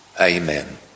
Amen